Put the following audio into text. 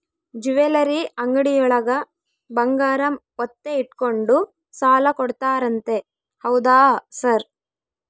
Jewellery ಅಂಗಡಿಯೊಳಗ ಬಂಗಾರ ಒತ್ತೆ ಇಟ್ಕೊಂಡು ಸಾಲ ಕೊಡ್ತಾರಂತೆ ಹೌದಾ ಸರ್?